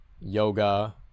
yoga